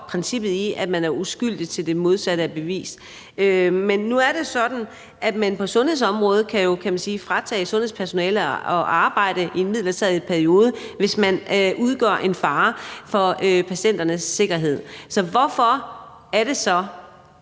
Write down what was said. princippet i, at man er uskyldig, til det modsatte er bevist. Men nu er det sådan, at man på sundhedsområdet jo kan forhindre personalet i at arbejde i en midlertidig periode, hvis nogen udgør en fare for patienternes sikkerhed. Så hvorfor er det så,